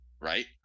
right